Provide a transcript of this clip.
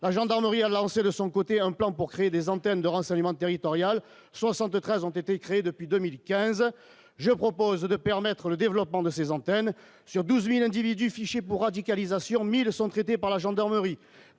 la gendarmerie a lancé de son côté un plan pour créer des antennes de renseignement territorial 73 ont été créés depuis 2015, je propose de permettre le développement de ces antennes sur 12000 individus fichés pour radicalisation 1000 sont traités par la gendarmerie,